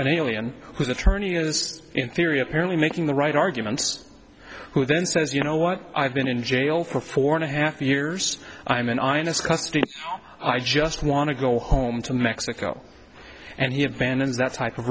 an alien whose attorney is in theory apparently making the right arguments who then says you know what i've been in jail for four and a half years i'm an ins custody i just want to go home to mexico and he had bannon's that type of